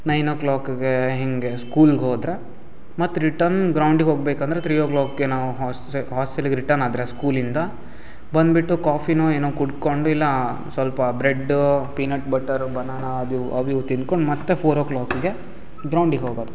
nine ಓ ಕ್ಲಾಕ್ಗೆ ಹೀಗೇ ಸ್ಕೂಲ್ಗೆ ಹೋದರೆ ಮತ್ತು ರಿಟರ್ನ್ ಗ್ರೌಂಡಿಗೆ ಹೋಗಬೇಕಂದ್ರೆ ತ್ರೀ ಓ ಕ್ಲಾಕ್ಗೆ ನಾವು ಹಾಸ್ಟ್ರೆ ಹಾಸ್ಟೆಲಿಗೆ ರಿಟರ್ನ್ ಆದರೆ ಸ್ಕೂಲಿಂದ ಬಂದುಬಿಟ್ಟು ಕಾಫಿನೋ ಏನೋ ಕುಡ್ಕೊಂಡು ಇಲ್ಲ ಸ್ವಲ್ಪ ಬ್ರೆಡ್ಡು ಪೀನಟ್ ಬಟರು ಬನಾನಾ ಅದು ಅವು ಇವು ತಿನ್ಕೊಂಡು ಮತ್ತೆ ಫೋರ್ ಓ ಕ್ಲಾಕಿಗೆ ಗ್ರೌಂಡಿಗೆ ಹೋಗೋದು